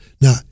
Now